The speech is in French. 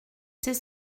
c’est